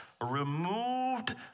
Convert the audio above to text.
removed